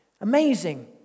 Amazing